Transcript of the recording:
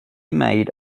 made